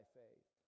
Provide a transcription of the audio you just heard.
faith